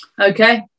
okay